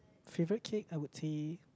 favourite cake I would say